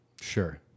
Sure